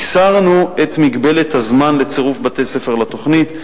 הסרנו את מגבלת הזמן לצירוף בתי-ספר לתוכנית.